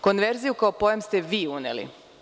Konverziju kao pojam ste vi uneli.